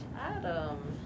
Adam